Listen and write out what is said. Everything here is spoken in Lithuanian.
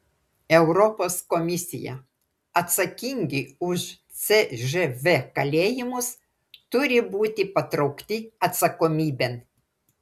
europos komisija atsakingi už cžv kalėjimus turi būti patraukti atsakomybėn